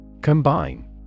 Combine